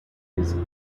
his